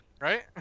Right